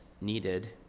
needed